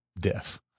death